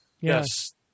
Yes